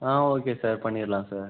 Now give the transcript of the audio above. ஆ okay sir பண்ணிடலாம் sir